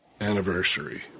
anniversary